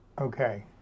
Okay